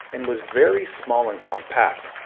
and was very small and compact.